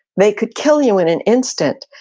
they could kill you in an instant.